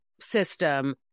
system